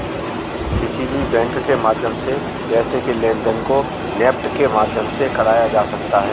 किसी भी बैंक के माध्यम से पैसे के लेनदेन को नेफ्ट के माध्यम से कराया जा सकता है